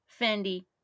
Fendi